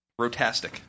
Rotastic